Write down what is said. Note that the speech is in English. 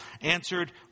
answered